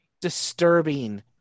disturbing